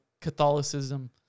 Catholicism